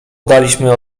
daliśmy